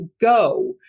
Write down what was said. go